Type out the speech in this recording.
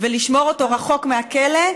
ולשמור אותו רחוק מהכלא,